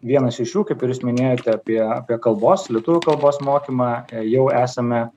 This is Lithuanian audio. vienas iš jų kaip ir jūs minėjote apie apie kalbos lietuvių kalbos mokymą jau esame